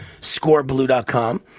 scoreblue.com